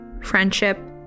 friendship